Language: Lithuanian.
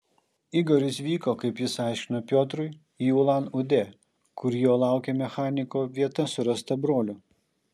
igoris vyko kaip jis aiškino piotrui į ulan udę kur jo laukė mechaniko vieta surasta brolio